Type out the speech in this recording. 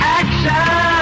action